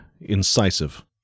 incisive